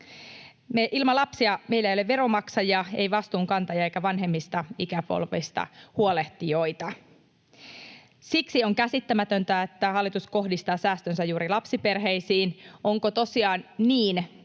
Ilman lapsia meillä ei ole veronmaksajia, ei vastuunkantajia eikä vanhemmista ikäpolvista huolehtijoita. Siksi on käsittämätöntä, että hallitus kohdistaa säästönsä juuri lapsiperheisiin. Onko tosiaan niin,